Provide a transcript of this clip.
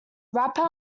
rapper